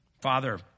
Father